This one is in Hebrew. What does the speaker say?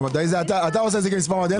אתה עושה את זה כמספר מדעי.